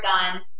gun